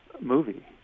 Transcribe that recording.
movie